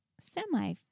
semi